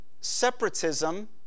separatism